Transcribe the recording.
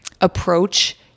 approach